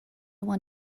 want